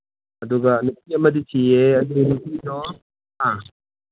ꯑꯗꯨꯒ ꯅꯨꯄꯤ ꯑꯃꯗꯤ ꯁꯤꯌꯦ ꯑꯗꯨ ꯅꯨꯄꯤꯗꯣ ꯑꯥ